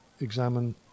examine